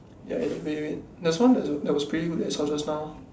ya just leave it there was one that was pretty good that I saw just now